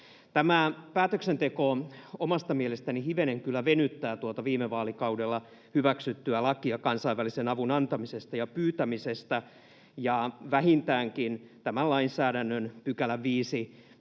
Tämä päätöksenteko omasta mielestäni hivenen kyllä venyttää tuota viime vaalikaudella hyväksyttyä lakia kansainvälisen avun antamisesta ja pyytämisestä, ja vähintäänkin tämän lainsäädännön 5